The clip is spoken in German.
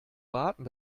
warten